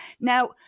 Now